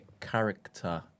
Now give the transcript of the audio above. character